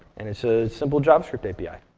and it's a simple javascript api.